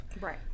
Right